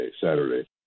Saturday